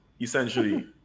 essentially